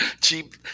cheap